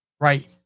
Right